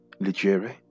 Legere